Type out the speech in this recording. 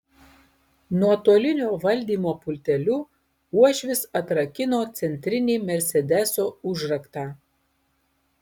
nuotolinio valdymo pulteliu uošvis atrakino centrinį mersedeso užraktą